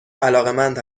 علاقمند